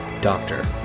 doctor